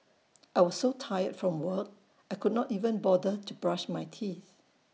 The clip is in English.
I was so tired from work I could not even bother to brush my teeth